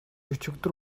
өчигдөр